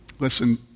Listen